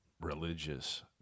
religious